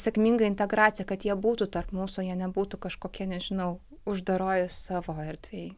sėkminga integracija kad jie būtų tarp mūsų jie nebūtų kažkokie nežinau uždaroj savo erdvėj